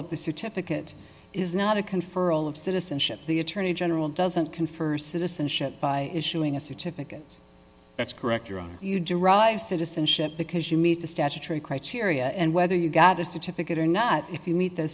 of the certificate is not a conferral of citizenship the attorney general doesn't confer citizenship by issuing a certificate that's correct your honor you derive citizenship because you meet the statutory criteria and whether you got a certificate or not if you meet the